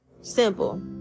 Simple